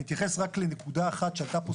אני אתייחס רק לנקודה אחת שעלתה פה,